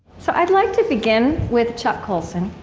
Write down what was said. so i'd like to begin with chuck colson.